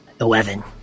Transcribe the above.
Eleven